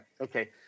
okay